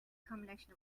combination